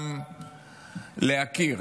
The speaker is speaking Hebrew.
גם להכיר.